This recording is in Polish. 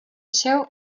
się